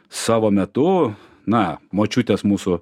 savo metu na močiutės mūsų